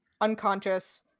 unconscious